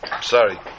Sorry